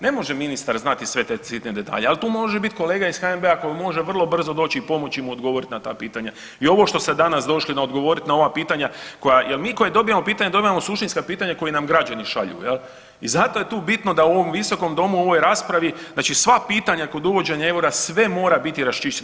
Ne može ministar znati sve te sitne detalje, al tu može bit kolega iz HNB-a koji može vrlo brzo doći i pomoći mu odgovoriti na ta pitanja i ovo što ste danas došli na odgovorit na ova pitanja koja jel mi koji dobivamo pitanja dobivamo suštinska pitanja koja nam građani šalju jel i zato je tu bitno da u ovom visokom domu u ovoj raspravi znači sva pitanja kod uvođenja eura sve mora biti raščišćeno.